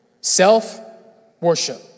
Self-worship